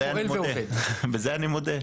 אני אחרי זה אתייחס גם לנושא של עו״ס להט״ב.